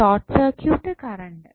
short circuit current